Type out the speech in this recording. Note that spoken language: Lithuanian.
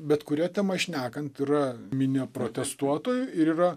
bet kuria tema šnekant yra minia protestuotojų ir yra